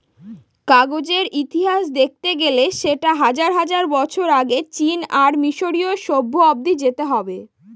কাগজের ইতিহাস দেখতে গেলে সেটা হাজার হাজার বছর আগে চীন আর মিসরীয় সভ্য অব্দি যেতে হবে